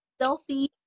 selfie